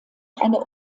eine